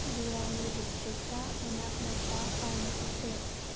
ꯕꯤꯋꯥꯅꯤ district ꯃꯅꯥꯛ ꯅꯛꯄ ꯐꯥꯔꯃꯥꯁꯤ ꯊꯤꯔꯛꯎ